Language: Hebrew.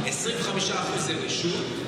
25% זה רשות,